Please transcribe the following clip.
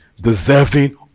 deserving